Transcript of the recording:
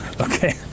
Okay